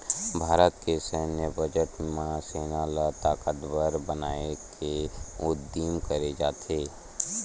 भारत के सैन्य बजट म सेना ल ताकतबर बनाए के उदिम करे जाथे